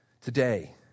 today